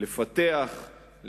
לפתח,